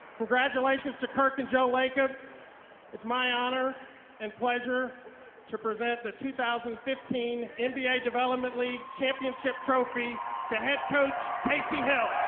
congratulations to kirk and joe. like ah it's my honor and pleasure to present the two thousand and fifteen and nba development league championship trophy to head coach casey hill.